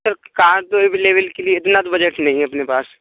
sir car तो available के लिए इतना तो बजट नहीं है अपने पास